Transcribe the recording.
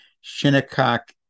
Shinnecock